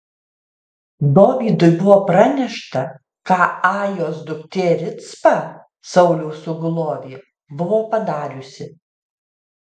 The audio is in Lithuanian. dovydui buvo pranešta ką ajos duktė ricpa sauliaus sugulovė buvo padariusi